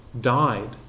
died